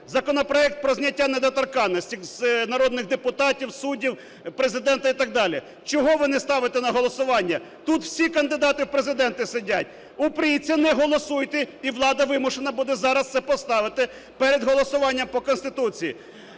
Законопроект про зняття недоторканності з народних депутатів, суддів, Президента і так далі. Чого ви не ставите на голосування? Тут всі кандидати в Президенти сидять. Упріться, не голосуйте – і влада вимушена буде зараз це поставити перед голосуванням по Конституції.